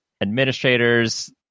administrators